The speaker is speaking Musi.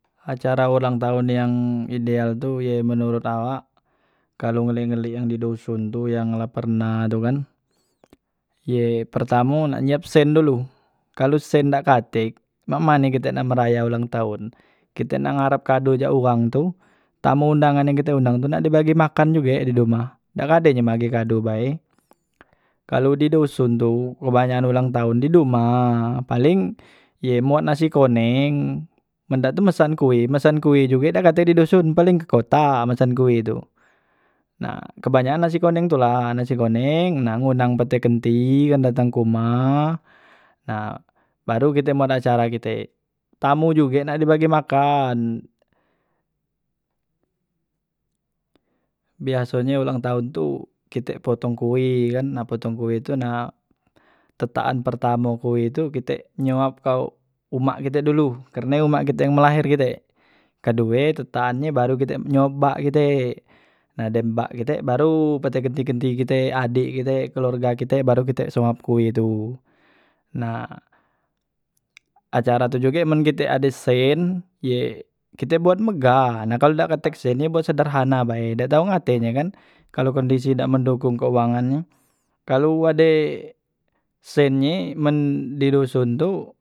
Acara ulang tahon yang ideal tu ye menurut awak kalu ngeliye ngeliye yang di doson tu yang la pernah tukan ye pertamo nak nyiap sen dulu kalu sen dak katek mak mane kite nak meraya ulang tahon kite nak ngarap kado cak uwang tu tamo undangan yang kite undang tu nak di bagi makan juge di humah dak kade ye bagi kado bae, kalu di doson tu kebanyakan ulang tahon di dumah paling ye nasi koneng men dak tu mesan kue masan kue juge dak katek di duson paleng ke kota mesan kue tu, nah kebanyakan nasi koneng tula nah nasi koneng nah ngundang pete kenti yang datang ke humah nah baru kite buat acara kite tamu juge nak di bagi makan biasonye ulang tahon tu kite potong kue kan nah potong kue tu tetakan pertamo kue tu kite nyuap ke umak kite dulu karne umak kite yang melaher kite kedue tetakan nye baru kite nyuap bak kite nah dem bak kite baru pete genti genti adek kite keluarga kite baru kite suap kue tu nah acara tu juge men kite ade sen ye kite buat megah kalu dak tek sen ye kite buat sederhana bae dak tau ngate nye kan kalu kondisi dak mendukung keuangan nyo kalu ade sen nye men di doson tu.